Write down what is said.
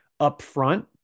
upfront